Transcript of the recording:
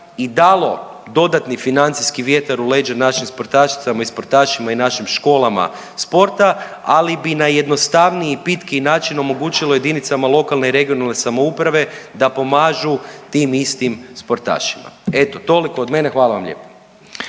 i dalo dodatni financijski vjetar u leđa našim sportašicama i sportašima i našim školama sporta, ali bi na jednostavniji i pitkiji način omogućilo jedinicama lokalne i regionalne samouprave da pomažu tim istim sportašima. Eto, toliko od mene hvala vam lijepo.